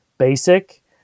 Basic